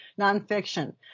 nonfiction